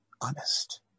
honest